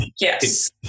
Yes